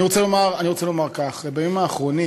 אני רוצה לומר כך: בימים האחרונים,